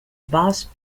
boss